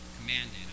commanded